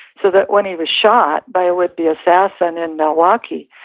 so that when he was shot by a would be assassin in milwaukee,